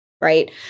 right